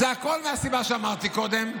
הכול מהסיבה שאמרתי קודם,